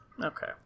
Okay